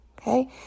okay